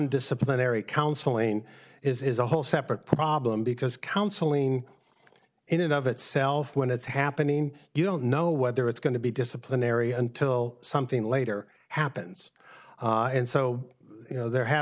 disciplinary counseling is a whole separate problem because counseling in and of itself when it's happening you don't know whether it's going to be disciplinary until something later happens and so you know there have